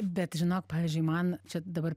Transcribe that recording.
bet žinok pavyzdžiui man čia dabar